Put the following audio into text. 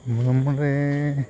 അത് നമ്മുടെ